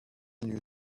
new